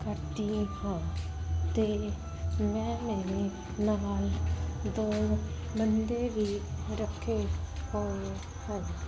ਕਰਦੀ ਹਾਂ ਅਤੇ ਮੈਂ ਮੇਰੇ ਨਾਲ ਦੋ ਬੰਦੇ ਵੀ ਰੱਖੇ ਹੋਏ ਹਨ